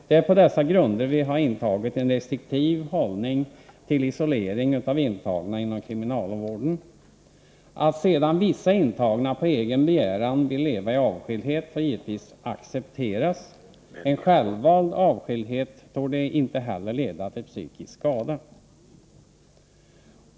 Det är på dessa grunder vi har intagit en restriktiv hållning till isolering av intagna inom kriminalvården. Att sedan vissa intagna på egen begäran vill leva i avskildhet får givetvis accepteras. En självvald avskildhet torde inte heller leda till psykisk skada.